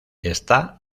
está